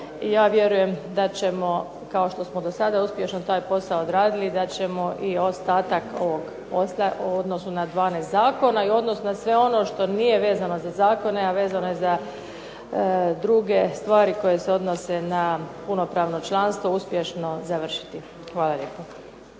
ja vjerujem da ćemo kao što smo do sada uspješno taj posao radili i da ćemo i ostatak ovog posla u odnosu na 12 zakona i u odnosu na sve ono što nije vezano za zakone a vezano je za druge stvari koje se odnose na punopravno članstvo uspješno završiti. Hvala lijepo.